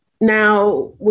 Now